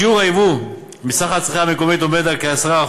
שיעור היבוא מסך הצריכה המקומית עומד על כ-10%.